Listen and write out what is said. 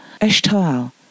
Eshtal